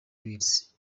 needs